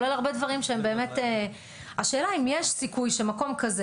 כולל הרבה דברים שהם באמת השאלה אם יש סיכוי שמקום כזה,